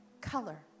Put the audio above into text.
color